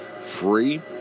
free